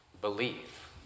believe